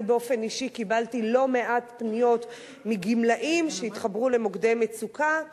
אני באופן אישי קיבלתי לא מעט פניות מגמלאים שהתחברו למוקדי מצוקה,